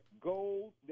gold